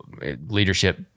leadership